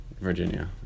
Virginia